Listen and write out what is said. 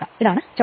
ഇതാണ് ചോദ്യം